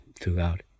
throughout